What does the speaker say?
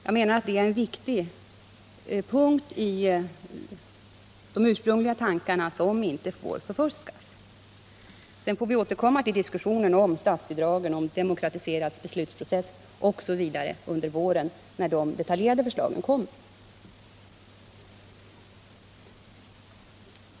Jag menar att det är en viktig punkt i de ursprungliga tankarna vilken inte får förfuskas. Sedan får vi återkomma till diskussionen om statsbidragen, om en demokratiserad beslutsprocess osv. under våren, när de detaljerade förslagen kommer.